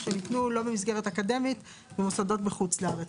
שניתנו לא במסגרת אקדמית במוסדות בחוץ לארץ.